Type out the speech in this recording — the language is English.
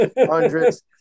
hundreds